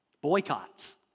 Boycotts